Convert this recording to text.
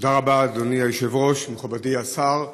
תודה רבה, אדוני היושב-ראש, מכובדי השר.